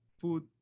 food